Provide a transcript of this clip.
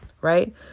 right